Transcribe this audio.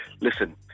listen